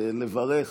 לברך.